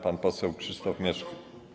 Pan poseł Krzysztof Mieszko.